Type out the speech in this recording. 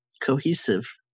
cohesive